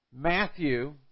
Matthew